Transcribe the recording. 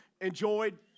enjoyed